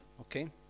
okay